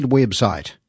website